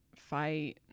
fight